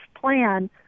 plan